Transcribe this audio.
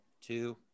Two